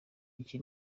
iki